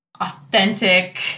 authentic